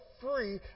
free